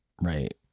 right